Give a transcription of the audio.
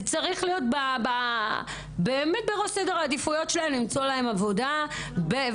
זה צריך להיות בראש סדר העדיפויות שלנו למצוא להם עבודה ולתת